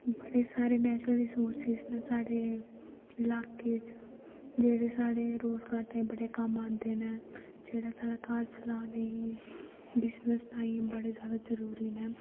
बड़े सारे natural resources न साढ़े लाह्के च जेह्ड़े साढ़े रोजगार दे बड़े कम्म औंदे न जेह्ड़े साढ़ा घर चलाने गी बिजनस ताईं बड़े जैदा जरूरी न